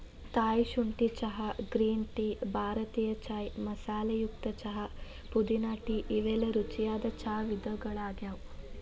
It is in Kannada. ಥಾಯ್ ಶುಂಠಿ ಚಹಾ, ಗ್ರೇನ್ ಟೇ, ಭಾರತೇಯ ಚಾಯ್ ಮಸಾಲೆಯುಕ್ತ ಚಹಾ, ಪುದೇನಾ ಟೇ ಇವೆಲ್ಲ ರುಚಿಯಾದ ಚಾ ವಿಧಗಳಗ್ಯಾವ